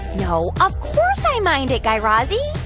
no, of course i mind it, guy razzie